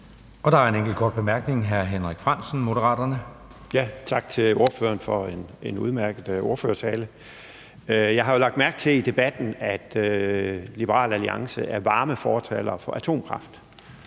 Der er en enkelt kort bemærkning fra hr. Henrik Frandsen, Moderaterne. Kl. 13:04 Henrik Frandsen (M): Tak til ordføreren for en udmærket ordførertale. Jeg har jo lagt mærke til i debatten, at Liberal Alliance er varme fortalere for atomkraft.